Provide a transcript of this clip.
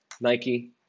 Nike